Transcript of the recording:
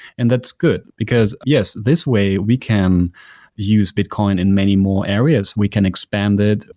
and that's good, because, yes, this way we can use bitcoin in many more areas. we can expand it.